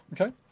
Okay